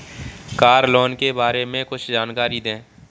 Car loan के बारे में कुछ जानकारी दें?